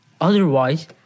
Otherwise